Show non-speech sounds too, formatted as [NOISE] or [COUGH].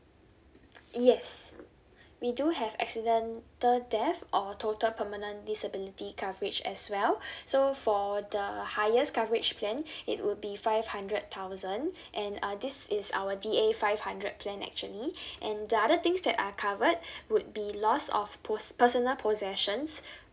yes we do have accidental death or total permanent disability coverage as well [BREATH] so for the highest coverage plan [BREATH] it would be five hundred thousand and uh this is our D A five hundred plan actually [BREATH] and the other things that are covered [BREATH] would be lost of pos~ personal possessions [BREATH]